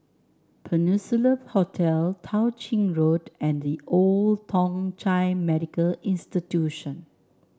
Peninsula Hotel Tao Ching Road and The Old Thong Chai Medical Institution